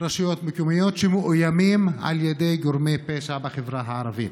רשויות מקומיות שמאוימים על ידי גורמי פשע בחברה הערבית.